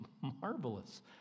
marvelous